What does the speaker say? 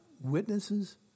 witnesses